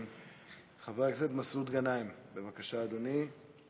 חבר הכנסת מסעוד גנאים, בבקשה, אדוני.